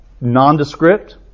nondescript